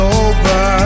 over